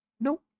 Nope